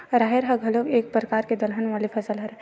राहेर ह घलोक एक परकार के दलहन वाले फसल हरय